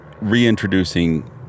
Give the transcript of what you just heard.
reintroducing